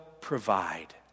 provide